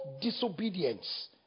disobedience